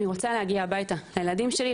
אני רוצה להגיע הביתה לילדים שלי,